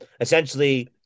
essentially